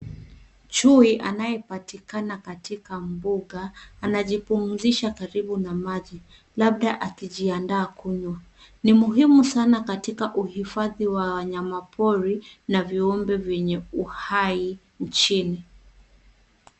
Chui anayepatikana katika mbuga anajipumzisha karibu na maji, labda akijiandaa kunywa. Ni muhimu sana katika uhifadhi wa wanyamapori na viumbe vyenye uhai nchini.